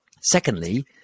Secondly